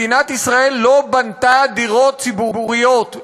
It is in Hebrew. מדינת ישראל לא בנתה דירות ציבוריות,